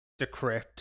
decrypt